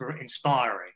inspiring